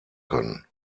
können